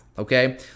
okay